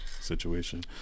situation